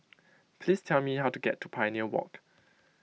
please tell me how to get to Pioneer Walk